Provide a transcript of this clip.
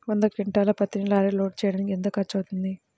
వంద క్వింటాళ్ల పత్తిని లారీలో లోడ్ చేయడానికి ఎంత ఖర్చవుతుంది?